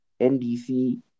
NDC